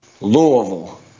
Louisville